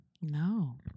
no